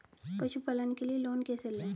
पशुपालन के लिए लोन कैसे लें?